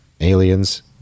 aliens